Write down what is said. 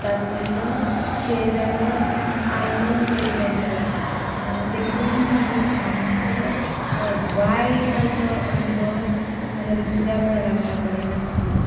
दाखयलो शेड वेगळोच आनी आयलो शेड वेगळोच देखून म्हाजो सामको वायट आसो अणभव म्हज्या दुसऱ्या प्रोडाक्टा कडेन आसलो